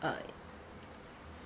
uh